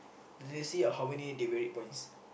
later they see ah how many demerit points